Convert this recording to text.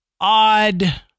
odd